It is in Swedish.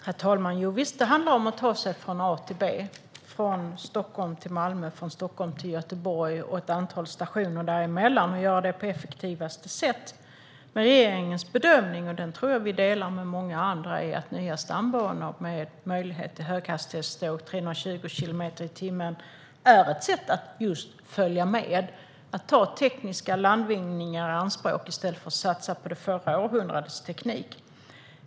Herr talman! Jo, visst handlar det om att ta sig från A till B, från Stockholm till Malmö och från Stockholm till Göteborg och till ett antal stationer däremellan och att göra det på det mest effektiva sättet. Men regeringens bedömning, och den tror jag att vi delar med många andra, är att nya stambanor med möjlighet till höghastighetståg som går i 320 kilometer i timmen är ett sätt att just följa med och att ta tekniska landvinningar i anspråk i stället för att satsa på det förra århundradets teknik.